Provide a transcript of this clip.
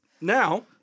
Now